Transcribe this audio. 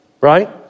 right